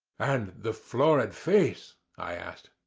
and the florid face? i asked.